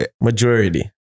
Majority